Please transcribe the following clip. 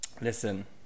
listen